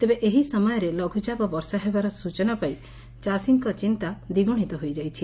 ତେବେ ଏହି ସମୟରେ ଲଘ୍ୱଚାପ ବର୍ଷା ହେବା ସ୍ଟଚନା ପାଇ ଚାଷୀଙ୍କ ଚିନ୍ତା ଦ୍ୱିଗୁଶିତ ହୋଇଯାଇଛି